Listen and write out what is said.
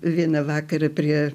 vieną vakarą prie